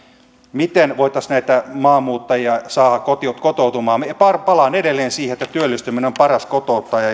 miten voitaisiin näitä maahanmuuttajia saada kotoutumaan palaan edelleen siihen että työllistyminen on paras kotouttaja